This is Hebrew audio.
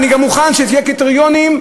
אני גם מוכן שיהיו קריטריונים,